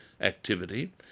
activity